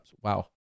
Wow